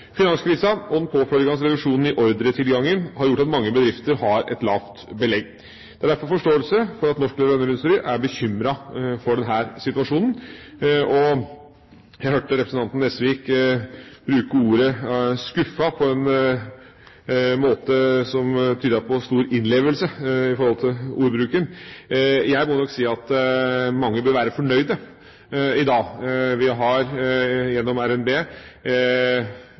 og den påfølgende reduksjon i ordretilgangen har gjort at mange bedrifter har et lavt belegg. Det er derfor forståelse for at norsk leverandørindustri er bekymret for denne situasjonen. Jeg hørte representanten Nesvik bruke ordet «skuffet» på en måte som tydet på stor innlevelse. Jeg må nok si at mange bør være fornøyde i dag. Vi har gjennom RNB